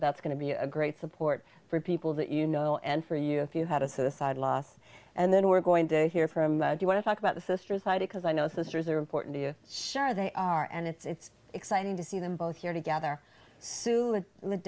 that's going to be a great support for people that you know and for you if you had a suicide loss and then we're going to hear from you want to talk about the sisters side because i know sisters are important to you sure they are and it's exciting to see them both here together to